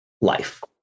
life